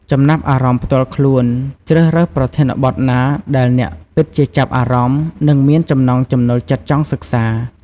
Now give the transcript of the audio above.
ចំណាប់អារម្មណ៍ផ្ទាល់ខ្លួន ជ្រើសរើសប្រធានបទណាដែលអ្នកពិតជាចាប់អារម្មណ៍ និងមានចំណង់ចំណូលចិត្តចង់សិក្សា។